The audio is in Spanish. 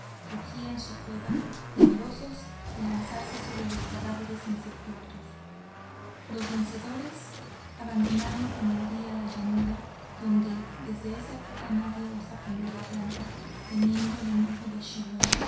rugía en su cueva temerosos de lanzarse sobre los cadáveres insepultos los vencedores abandonaron con el día la llanura donde desde esa época nadie osa poner la planta temiendo el enojo de